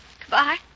Goodbye